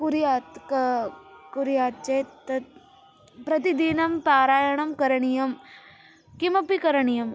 कुर्यात् क् कुर्यात् चेत् तत् प्रतिदिनं पारायणं करणीयं किमपि करणीयम्